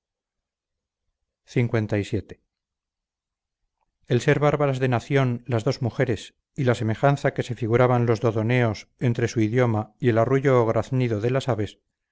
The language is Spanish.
compañera suya lvii el ser bárbaras de nación las dos mujeres y la semejanza que se figuraban los dodoneos entre su idioma y el arrullo o graznido de las aves